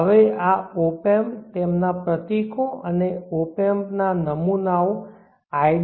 હવે આ ઓપેમ્પ તેમના પ્રતીકો અને આ ઓપેમ્પ ના નમૂનાઓ idt01